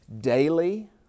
daily